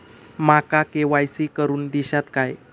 माका के.वाय.सी करून दिश्यात काय?